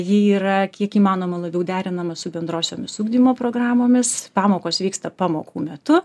ji yra kiek įmanoma labiau derinama su bendrosiomis ugdymo programomis pamokos vyksta pamokų metu